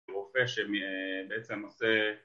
רופא שבעצם עושה